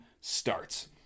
starts